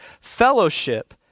fellowship